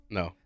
no